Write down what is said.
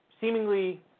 seemingly